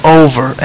over